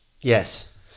Yes